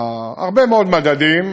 בהרבה מאוד מדדים,